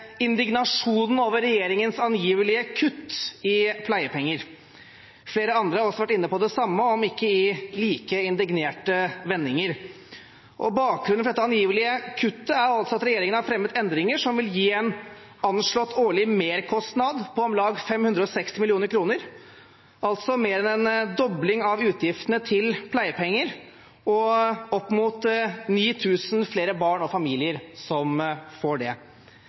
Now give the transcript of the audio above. pleiepenger. Flere andre har også vært inne på det samme – om ikke i like indignerte vendinger. Bakgrunnen for dette angivelige kuttet er at regjeringen har fremmet forslag om endringer som vil gi en anslått årlig merkostnad på om lag 560 mill. kr – altså mer enn en dobling av utgiftene til pleiepenger. Opp mot 9 000 flere barn og familier får det.